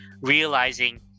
realizing